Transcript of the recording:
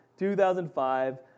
2005